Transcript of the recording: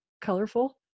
colorful